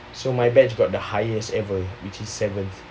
so my batch got the highest ever which is seventh